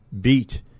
beat